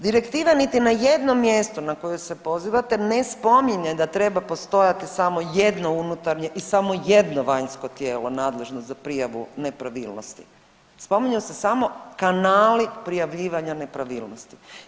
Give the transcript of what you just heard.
Direktiva niti na jednom mjestu na koju se pozivate ne spominje da treba postojati samo jedno unutarnje i samo jedno vanjsko tijelo nadležno za prijavu nepravilnosti, spominju se samo kanali prijavljivanja nepravilnosti.